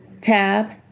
tab